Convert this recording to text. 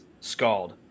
scald